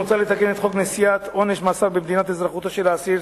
מוצע לתקן את החוק לנשיאת עונש מאסר במדינת אזרחותו של האסיר,